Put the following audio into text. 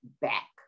back